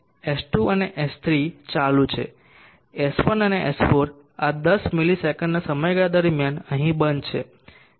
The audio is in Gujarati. S2 અને S 3 ચાલુ છે S1 અને S4 આ 10 ms સમયગાળા દરમિયાન અહીં બંધ છે